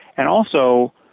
and also,